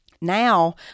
now